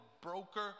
broker